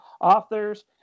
authors